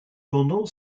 pendant